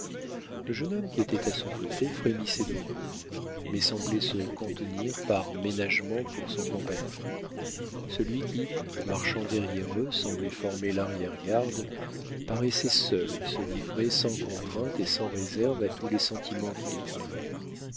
le jeune homme qui était à son côté frémissait d'horreur mais semblait se contenir par ménagement pour son compagnon celui qui marchant derrière eux semblait former l'arrière-garde paraissait seul se livrer sans contrainte et sans réserve à tous les sentiments qu'il éprouvait